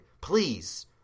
please